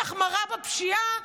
יש החמרה בפשיעה,